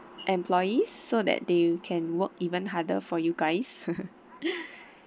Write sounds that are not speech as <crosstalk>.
employees so that they can work even harder for you guys <laughs>